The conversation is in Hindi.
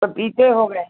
पपीते हो गए